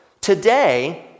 Today